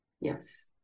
Yes